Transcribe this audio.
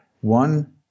one